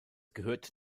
gehört